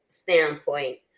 standpoint